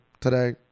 Today